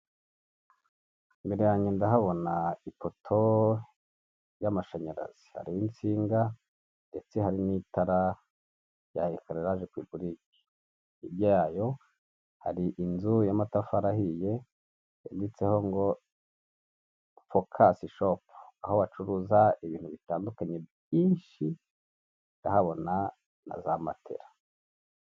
Imbere yanjye ndahabona ipoto y'amashanyarazi hari n' insinga ndetse hari n'itara rya eseyage ku iguri ryayo hari inzu y'amatafari ahiye yanditseho ngo phocas shop aho bacuruza ibintu bitandukanye byinshi ndahabona na za matela.